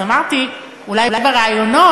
אז אמרתי: אולי בראיונות,